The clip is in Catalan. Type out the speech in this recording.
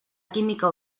química